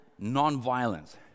nonviolence